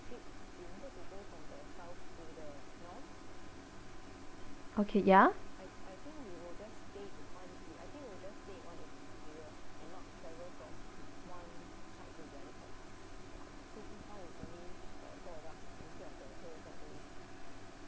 okay ya